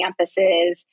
campuses